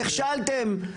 נכשלתם.